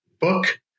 book